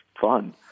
fun